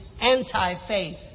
anti-faith